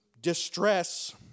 distress